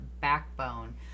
backbone